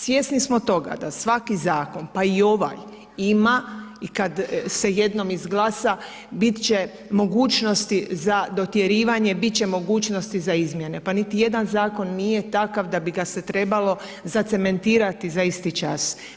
Svjesni smo toga da svaki zakon pa i ovaj ima i kad se jednom izglasa bit će mogućnosti za dotjerivanje, bit će mogućnosti za izmjene, pa niti jedan zakon nije takav da bi ga se trebalo zacementirati za isti čas.